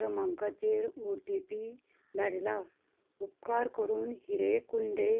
क्रमांकाचेर O T P धाडला उपकार करून हिरे कुंदे